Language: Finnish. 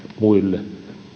muille